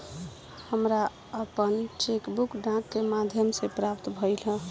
हमरा आपन cheque book डाक के माध्यम से प्राप्त भइल ह